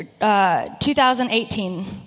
2018